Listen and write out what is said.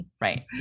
Right